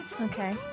Okay